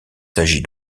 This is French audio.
s’agit